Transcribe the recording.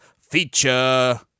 feature